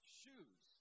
shoes